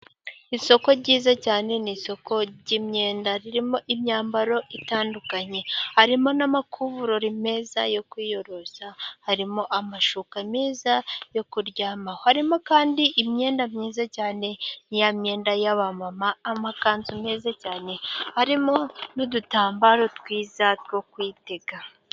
Isoko ryiza cyane ni isoko ry'imyenda ririmo imyambaro itandukanye, harimo n'amakuvurori meza yo kwiyorosa, harimo amashuka meza yo kuryamaho, harimo kandi imyenda myiza cyane, ya myenda y'abamama, amakanzu meza cyane harimo n'udutambaro twiza two kwitega.